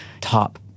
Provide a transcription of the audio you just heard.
top